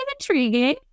intriguing